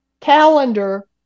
calendar